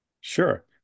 Sure